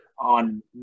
on